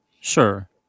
Sure